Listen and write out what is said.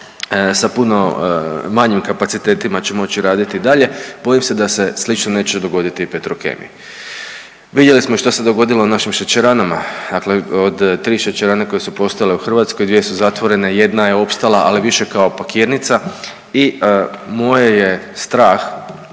sa puno manjim kapacitetima će moći raditi dalje. Bojim se da se slično neće dogoditi i Petrokemiji. Vidjeli smo što se dogodilo našim šećeranama. Dakle, od tri šećerane koje su postojale u Hrvatskoj dvije su zatvorene, jedna je opstala ali više kao pakirnica. I moj je strah